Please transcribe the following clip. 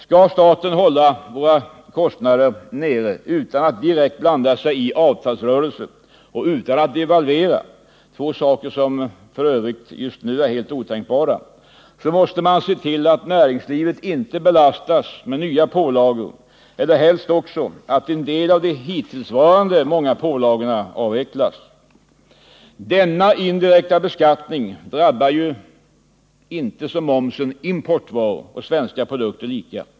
Skall staten hålla våra kostnader nere utan att direkt blanda sig i avtalsrörelser och utan att devalvera — två saker som f. ö. just nu är helt otänkbara — så måste man se till att näringslivet inte belastas med nya pålagor och helst också att en del av de hittillsvarande många pålagorna avvecklas. Denna indirekta beskattning drabbar ju inte som momsen importvaror och svenska produkter lika.